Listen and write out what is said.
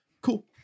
Cool